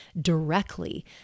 directly